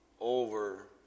over